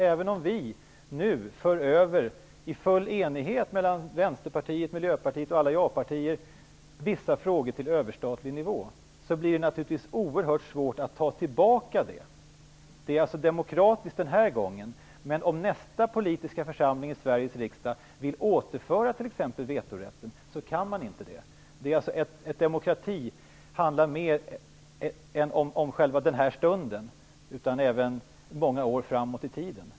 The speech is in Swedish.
Även om vi nu i full enighet mellan Vänsterpartiet, Miljöpartiet och alla ja-partier för över vissa frågor till överstatlig nivå, blir det oerhört svårt att ta tillbaka det. Det är alltså demokratiskt den här gången, men om nästa politiska församling i Sveriges riksdag vill återföra t.ex. vetorätten, går inte det. Det handlar alltså om demokrati och om mer än den här stunden. Det handlar ju om något som sträcker sig många år framåt i tiden.